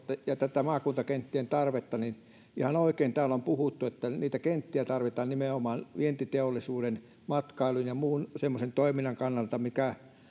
ja tätä maakuntakenttien tarvetta niin ihan oikein täällä on puhuttu että niitä kenttiä tarvitaan nimenomaan vientiteollisuuden matkailun ja muun semmoisen toiminnan kannalta mikä